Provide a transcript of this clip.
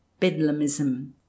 bedlamism